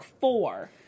four